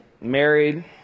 married